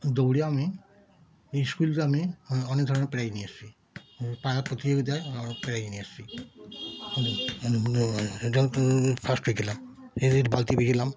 দৌড়ে আমি স্কুল থেকে আমি অনেক ধরনের প্রাইজ নিয়ে এসেছি পাড়ার প্রতিযোগিতায় অনেক প্রাইজ নিয়ে এসেছি ফার্স্ট হয়েছিলাম সেদিন বালতি পেয়েছিলাম